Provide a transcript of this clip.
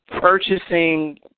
purchasing